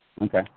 Okay